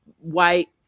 white